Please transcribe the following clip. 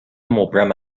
مبرم